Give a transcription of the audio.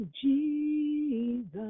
Jesus